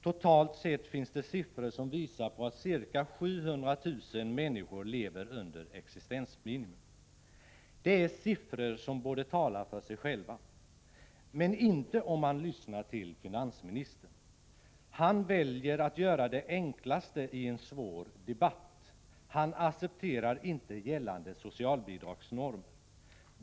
Totalt sett finns det siffror som visar att ca 700 000 människor lever under existensminimum. Det är siffror som borde tala för sig själva. Men inte om man lyssnar till finansministern. Han väljer att göra det enklaste i en svår debatt, han accepterar inte gällande socialbidragsnormer.